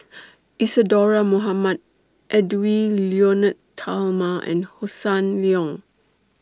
Isadhora Mohamed Edwy Lyonet Talma and Hossan Leong